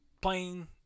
Playing